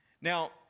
Now